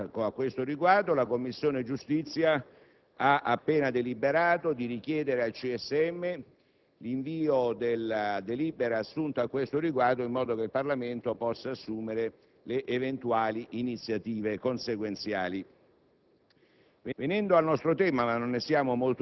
aggiungere che la Commissione giustizia ha appena deliberato di richiedere al CSM l'invio della delibera assunta a questo riguardo, in modo che il Parlamento possa assumere le eventuali iniziative consequenziali.